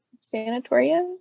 Sanatorium